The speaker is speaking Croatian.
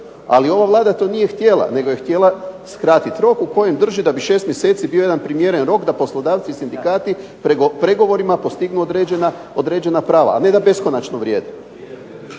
ali ova Vlada to nije htjela nego je htjela skratit rok u kojem drži da bi 6 mjeseci bio jedan primjeren rok da poslodavci i sindikati pregovorima postignu određena prava, a ne da beskonačno vrijede.